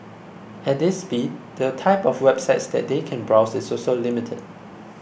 at this speed the type of websites that they can browse is also limited